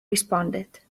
responded